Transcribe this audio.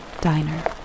diner